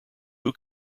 who